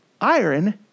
Iron